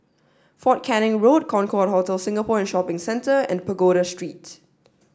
Fort Canning Road Concorde Hotel Singapore and Shopping Centre and Pagoda Street